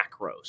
macros